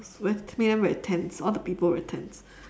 like made them very tense all the people very tense